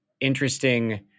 interesting